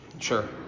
Sure